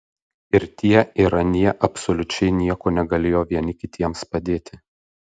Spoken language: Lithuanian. ir tie ir anie absoliučiai nieko negalėjo vieni kitiems padėti